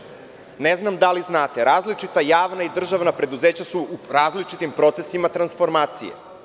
Gospodine Krstiću, ne znam da li znate, različita javna i državna preduzeća su u različitim procesima transformacije.